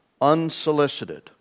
unsolicited